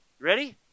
Ready